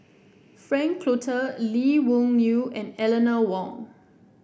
Frank Cloutier Lee Wung Yew and Eleanor Wong